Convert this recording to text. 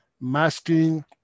masking